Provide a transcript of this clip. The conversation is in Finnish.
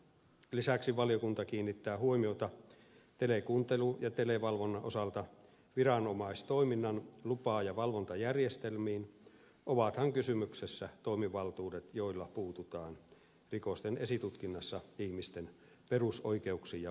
lisäksi valiokunta kiinnittää huomiota telekuuntelun ja televalvonnan osalta viranomaistoiminnan lupa ja valvontajärjestelmiin ovathan kysymyksessä toimivaltuudet joilla puututaan rikosten esitutkinnassa ihmisten perusoikeuksiin ja vapauksiin